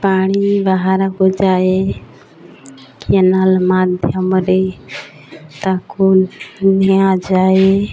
ପାଣି ବାହାରକୁ ଯାଏ କେନାଲ୍ ମାଧ୍ୟମରେ ତାକୁ ନିଆଯାଏ